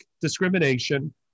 discrimination